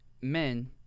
men